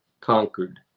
conquered